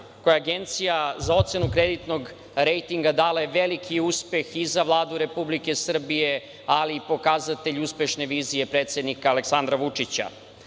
koja je Agencija za ocenu kreditnog rejtinga dala je veliki uspeh i za Vladu Republike Srbije, ali i pokazatelj uspešne vizije predsednika Aleksandra Vučića.